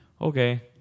okay